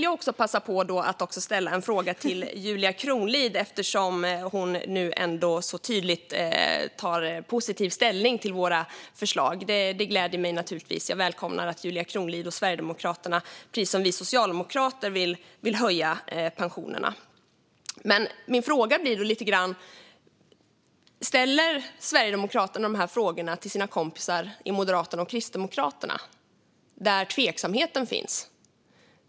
Jag kan passa på att också ställa en fråga till Julia Kronlid eftersom hon nu så tydligt tar positiv ställning till våra förslag. Det gläder mig naturligtvis. Jag välkomnar att Julia Kronlid och Sverigedemokraterna, precis som vi socialdemokrater, vill höja pensionerna. Min fråga är: Ställer Sverigedemokraterna de här frågorna till sina kompisar i Moderaterna och Kristdemokraterna, där tveksamheten finns?